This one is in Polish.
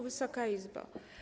Wysoka Izbo!